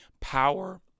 Power